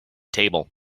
table